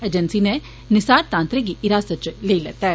agency नै निसार तांत्रें गी हिरासत इच लेई लैता ऐ